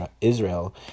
Israel